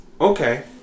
Okay